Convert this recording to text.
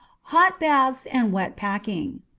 hot baths and wet packing.